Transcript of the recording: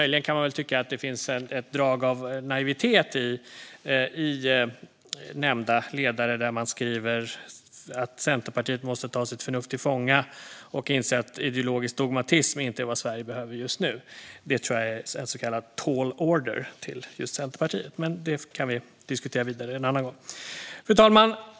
Jag kan möjligen tycka att det finns ett drag av naivitet i nämnda ledare när hon skriver att "Centerpartiet måste ta sitt förnuft till fånga och inse att ideologisk dogmatism inte är vad Sverige behöver just nu". Det tror jag är en så kallad tall order till just Centerpartiet, men det kan vi diskutera en annan gång. Fru talman!